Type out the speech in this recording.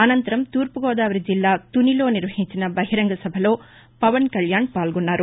అనంతరం తూర్పుగోదావరి జిల్లా తునిలో నిర్వహించిన బహిరంగ సభలో పవన్కల్యాణ్ పాల్గొన్నారు